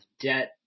debt